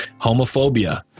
homophobia